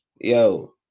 yo